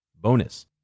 bonus